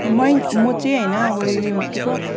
मै म चाहिँ होइन अब के पो